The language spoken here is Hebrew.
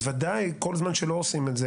בוודאי שכל זמן שלא עושים את זה